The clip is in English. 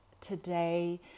today